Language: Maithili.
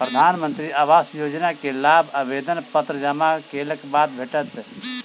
प्रधानमंत्री आवास योजना के लाभ आवेदन पत्र जमा केलक बाद भेटत